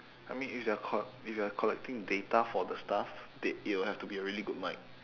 I mean if they're co~ if they're collecting data for the stuff they it would have to be a really good mic